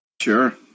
Sure